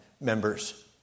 members